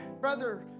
Brother